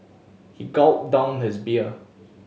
he gulped down his beer